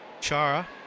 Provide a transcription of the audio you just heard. Chara